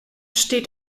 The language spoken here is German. steht